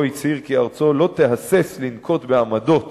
שבו הצהיר כי ארצו לא תהסס לנקוט עמדות